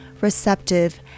receptive